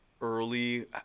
early